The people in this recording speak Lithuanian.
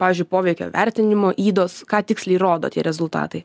pavyzdžiui poveikio vertinimo ydos ką tiksliai rodo tie rezultatai